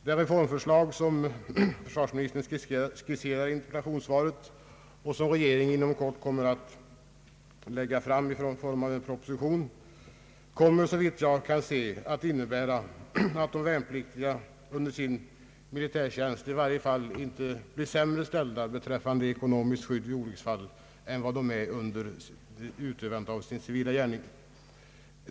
Det reformförslag som försvarsministern skisserar i interpellationssvaret och som regeringen inom kort kommer att lägga fram i form av en proposition kommer, såvitt jag kan se, att innebära att de värnpliktiga under sin militärtjänst i varje fall inte blir sämre ställda beträffande ekonomiskt skydd vid olycksfall än vad de är under utövandet av sin civila gärning.